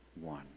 one